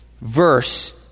verse